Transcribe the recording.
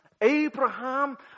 Abraham